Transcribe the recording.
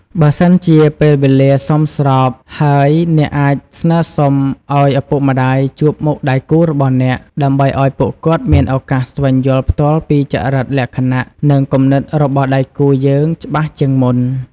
បើសិនជាពេលវេលាសមស្របហើយ អ្នកអាចស្នើសុំឱ្យឪពុកម្ដាយជួបមុខដៃគូរបស់អ្នក ដើម្បីឱ្យពួកគាត់មានឱកាសស្វែងយល់ផ្ទាល់ពីចរិតលក្ខណៈ និងគំនិតរបស់ដៃគូយើងច្បាស់ជាងមុន។